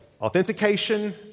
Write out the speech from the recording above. Authentication